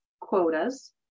quotas